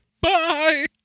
Bye